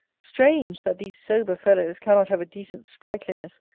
strange! that these sober fellows cannot have a decent sprightliness,